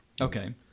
Okay